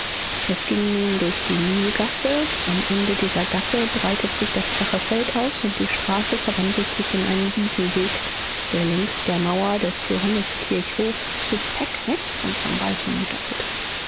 es ging nun durch die mühlgasse am ende dieser gasse breitet sich das flache feld aus und die straße verwandelt sich in einen wiesenweg der längs der mauer des johanniskirchhofs zur pegnitz und zum wald